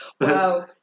Wow